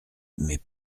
mais